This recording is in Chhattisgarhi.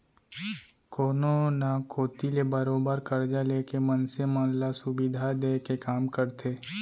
कोनो न कोती ले बरोबर करजा लेके मनसे मन ल सुबिधा देय के काम करथे